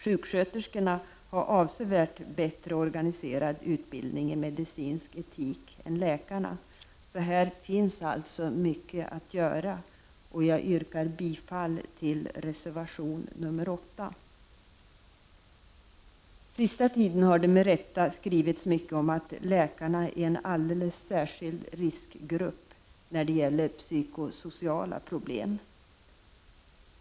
Sjuksköterskorna har en avsevärt bättre organiserad utbildning i medicinsk etik än läkarna. Här finns det alltså mycket att göra. Jag yrkar bifall till reservation nr 8. Under den senaste tiden har det med rätta skrivits mycket om att läkarna är en alldeles särskild riskgrupp när det gäller psykosociala problem.